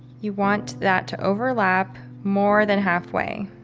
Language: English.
you want that to overlap more than halfway